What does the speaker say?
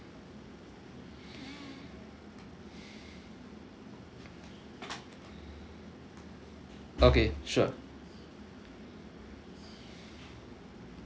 okay sure